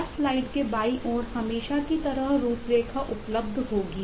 हर slide के बाईं ओर हमेशा की तरह रूपरेखा उपलब्ध होगी